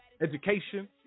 education